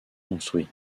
construit